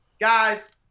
guys